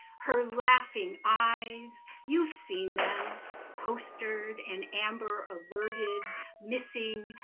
her laughing eyes you've seen them postered and amber-alerted missing,